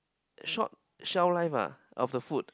short shelf life ah of the food